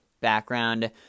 background